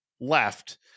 left